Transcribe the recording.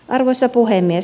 arvoisa puhemies